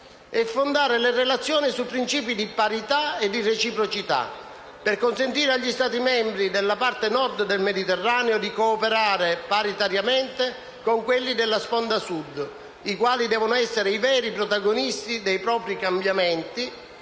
e fondare le relazioni su principi di parità e reciprocità, per consentire agli Stati membri della parte Nord del Mediterraneo di cooperare «paritariamente» con quelli della sponda Sud. Questi ultimi devono essere i veri protagonisti dei propri cambiamenti,